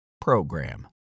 PROGRAM